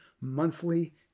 monthly